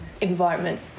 environment